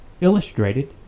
illustrated